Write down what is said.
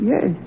Yes